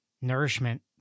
nourishment